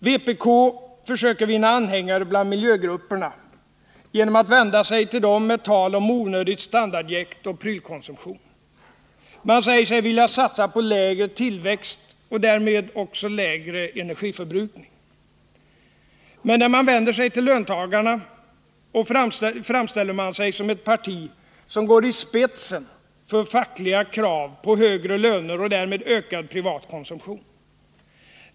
Vpk försöker vinna anhängare bland miljögrupperna genom att vända sig till dem med tal om onödigt standardjäkt och prylkonsumtion. Man säger sig vilja satsa på lägre tillväxt och därmed också lägre energiförbrukning. Men när man vänder sig till löntagarna framställer man sig som ett parti som går i spetsen för fackliga krav på högre löner och därmed ökad privat konsumtion.